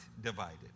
divided